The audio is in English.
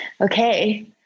Okay